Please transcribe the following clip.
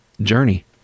Journey